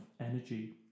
energy